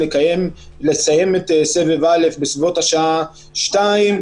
לסיים את סבב א' בסביבות השעה 14:00,